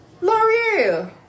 L'Oreal